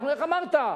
איך אמרת?